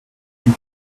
ils